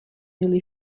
nearly